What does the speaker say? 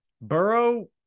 Burrow